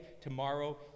tomorrow